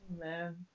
man